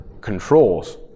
controls